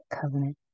covenant